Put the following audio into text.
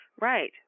Right